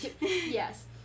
Yes